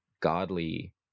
godly